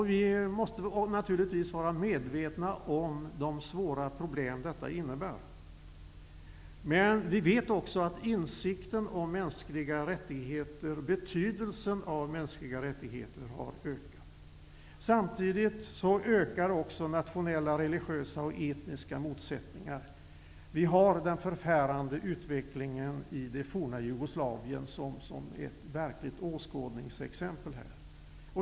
Vi måste naturligtvis vara medvetna om de svåra problem som detta innebär. Men vi vet också att insikten om mänskliga rättigheter och betydelsen av mänskliga rättigheter har ökat. Samtidigt ökar också nationella, religiösa och etniska motsättningar. Vi har den förfärande utvecklingen i det tidigare Jugoslavien som ett verkligt åskådningsexempel.